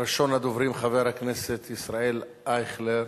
ראשון הדוברים, חבר הכנסת ישראל אייכלר,